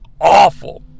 awful